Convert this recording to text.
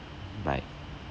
bye